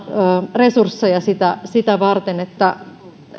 resursseja sitä sitä varten että